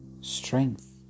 strength